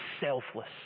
selfless